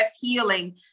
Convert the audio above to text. healing